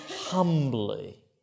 humbly